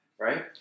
right